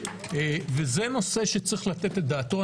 זה נושא שצריך לתת את דעתו.